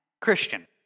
Christian